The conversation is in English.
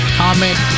comment